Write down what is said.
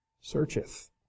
Searcheth